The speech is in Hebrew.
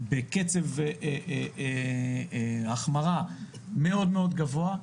בקצב החמרה מאוד מאוד גבוה.